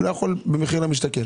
הוא לא יכול במחיר למשתכן.